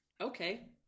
Okay